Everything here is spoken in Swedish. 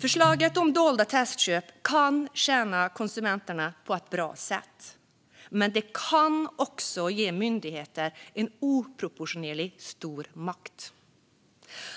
Förslaget om dolda testköp kan tjäna konsumenterna på ett bra sätt, men det kan också ge myndigheter en oproportionerligt stor makt.